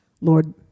Lord